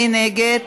מי נגד?